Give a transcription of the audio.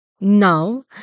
Now